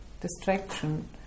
distraction